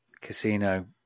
casino